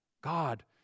God